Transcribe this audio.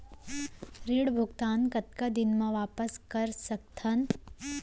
ऋण भुगतान कतका दिन म वापस कर सकथन?